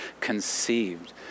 conceived